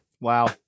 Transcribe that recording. Wow